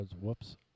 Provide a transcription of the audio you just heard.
Whoops